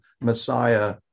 Messiah